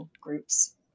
groups